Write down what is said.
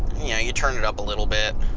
yeah you turn it up a little bit.